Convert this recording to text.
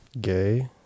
Gay